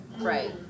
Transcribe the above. right